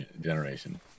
generation